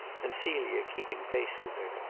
and celia keeping pace with her.